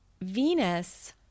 venus